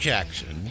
Jackson